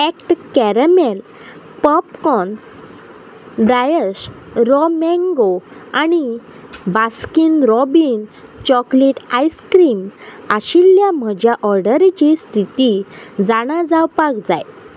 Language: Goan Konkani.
act two caramel popcorn डायश रॉ मँगो आनी बास्किन रॉबीन चॉकलेट आयस्क्रीम आशिल्ल्या म्हज्या ऑर्डरीची स्थिती जाणा जावपाक जाय